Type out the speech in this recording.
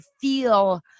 feel